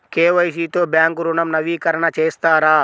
KYC తో bank ఋణం నవీకరణ చేస్తారా?